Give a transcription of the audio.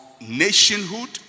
nationhood